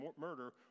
murder